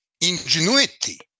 ingenuity